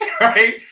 right